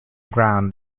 ground